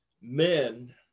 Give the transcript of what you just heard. men